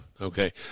okay